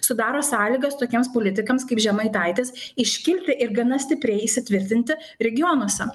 sudaro sąlygas tokiems politikams kaip žemaitaitis iškilti ir gana stipriai įsitvirtinti regionuose